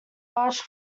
large